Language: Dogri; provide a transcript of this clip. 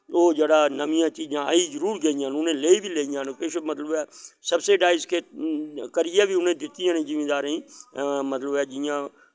ओ जेह्ड़ा नमियां चीजां आई जरूर गेइयां न उनैं लेई बी लेइयां न किस मतलव ऐ सबसिडाईस करियै बी उनैं दित्तियां न जिमिदारें मतलव ऐ जियां